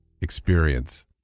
experience